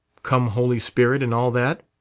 come, holy spirit and all that?